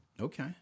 Okay